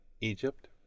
Egypt